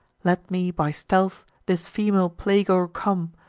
let me, by stealth, this female plague o'ercome,